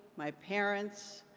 my parents,